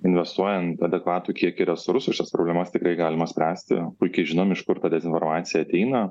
investuojant adekvatų kiekį resursų šias problemas tikrai galima spręsti puikiai žinom iš kur ta dezinformacija ateina